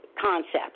Concept